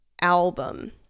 album